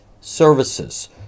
Services